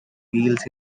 wheels